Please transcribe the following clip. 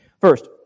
First